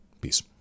Peace